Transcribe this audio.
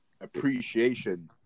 appreciation